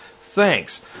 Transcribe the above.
Thanks